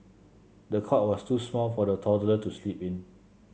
the cot was too small for the toddler to sleep in